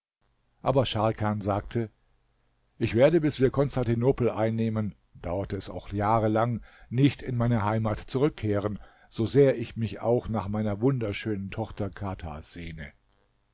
aber scharkan sagte ich werde bis wir konstantinopel einnehmen dauert es auch jahre lang nicht in meine heimat zurückkehren so sehr ich mich auch nach meiner wunderschönen tochter kadha sehne